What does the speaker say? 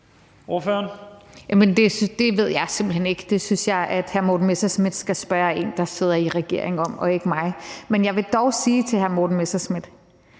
Det ved jeg simpelt hen ikke. Det synes jeg at hr. Morten Messerschmidt skal spørge en, der sidder i regeringen, om, ikke mig. Men jeg vil dog sige til hr. Morten Messerschmidt,